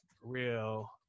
real